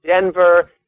Denver